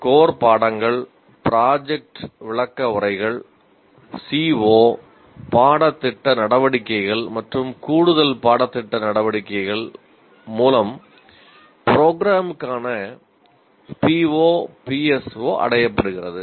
core PO PSO அடையப்படுகிறது